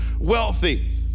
wealthy